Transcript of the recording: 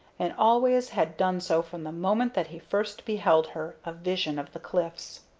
and always had done so from the moment that he first beheld her, a vision of the cliffs.